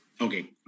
Okay